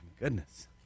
Goodness